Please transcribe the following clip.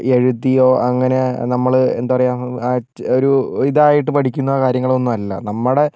എഴുതിയോ അങ്ങനെ നമ്മൾ എന്താണ് പറയുക ഒരു ഇതായിട്ട് പഠിക്കുന്ന കാര്യങ്ങളൊന്നുമല്ല നമ്മുടെ